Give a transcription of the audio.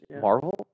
Marvel